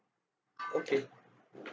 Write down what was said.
okay